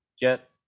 get